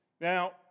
Now